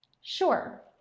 Sure